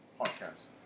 podcast